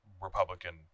Republican